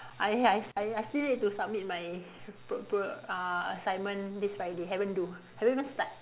I I I I still need to submit my pro~ pro~ uh assignment this Friday haven't do haven't even start